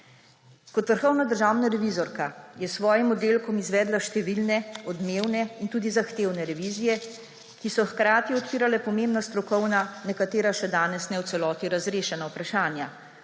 Kot vrhovna državna revizorka je s svojim oddelkom izvedla številne odmevne in tudi zahtevne revizije, ki so hkrati odpirale pomembna strokovna, nekatera še danes ne v celoti razrešena, vprašanja.